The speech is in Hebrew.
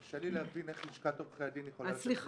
קשה לי להבין איך לשכת עורכי הדין יכולה לתת תשובה --- סליחה.